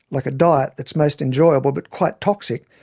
like a diet that's most enjoyable but quite toxic,